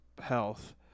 health